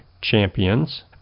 champions